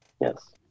Yes